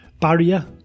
barrier